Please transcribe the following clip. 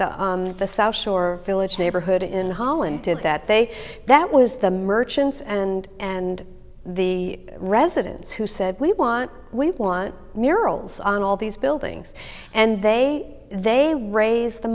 the south shore village neighborhood in holland did that day that was the merchants and and the residents who said we want we want miracles on all these buildings and they they raise the